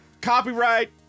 Copyright